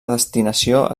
destinació